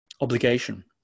obligation